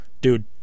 dude